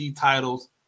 titles